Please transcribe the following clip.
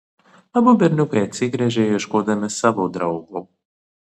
abu berniukai atsigręžė ieškodami savo draugo